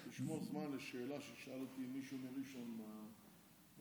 תשמור זמן לשאלה ששאל אותי מישהו מראשון בווטסאפ.